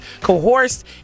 coerced